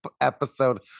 episode